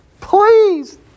Please